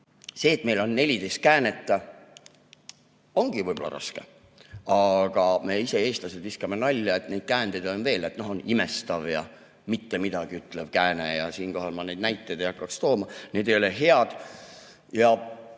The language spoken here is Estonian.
See, et meil on 14 käänet, ongi võib-olla raske. Aga me ise, eestlased, viskame nalja, et neid käändeid on veel. No on näiteks imestav ja mittemidagiütlev kääne. Siinkohal ma neid näiteid ei hakkaks tooma. Need ei ole head.